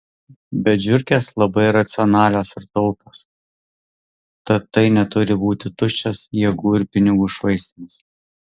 bet žiurkės labai racionalios ir taupios tad tai neturi būti tuščias jėgų ir pinigų švaistymas